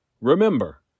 Remember